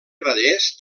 grallers